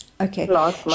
Okay